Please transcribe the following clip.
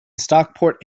stockport